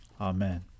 Amen